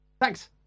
Thanks